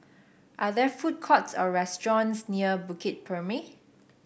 are there food courts or restaurants near Bukit Purmei